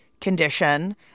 condition